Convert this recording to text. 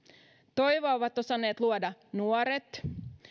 toivoa ovat osanneet luoda nuoret